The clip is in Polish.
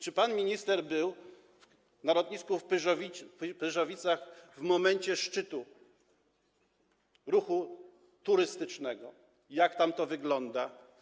Czy pan minister był na lotnisku w Pyrzowicach w momencie szczytu ruchu turystycznego, jak tam to wygląda?